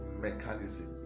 mechanism